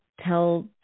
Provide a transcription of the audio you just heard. Tell